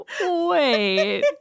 wait